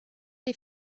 die